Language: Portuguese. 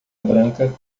branca